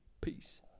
Peace